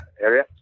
area